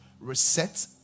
reset